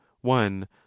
one